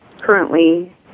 currently